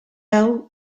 hau